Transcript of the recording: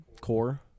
Core